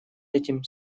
этим